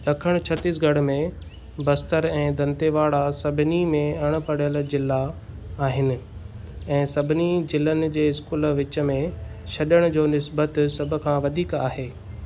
ॾखणु छत्तीसगढ़ में बस्तर ऐं दंतेवाड़ा सभिनी में अणपढ़ियलु ज़िला आहिनि ऐं सभिनी ज़िलनि जे स्कूल विच में छॾण जो निस्बत सभु खां वधीक आहे